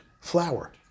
flour